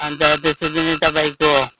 अन्त त्यसरी नै तपाईँको